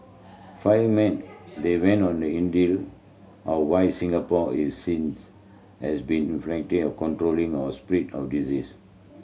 Friedman then went on the in of why Singapore is seen as being effective of controlling of spread of disease